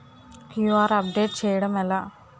QR update చేయడం ఎలా?